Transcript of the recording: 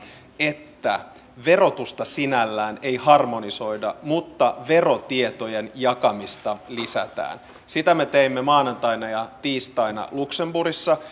että verotusta sinällään ei harmonisoida mutta verotietojen jakamista lisätään sitä me teimme maanantaina ja tiistaina luxemburgissa